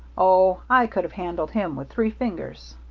oh, i could have handled him with three fingers.